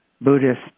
Buddhist